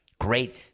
Great